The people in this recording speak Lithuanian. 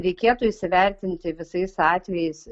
reikėtų įsivertinti visais atvejais